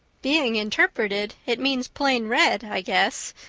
being interpreted it means plain red, i guess,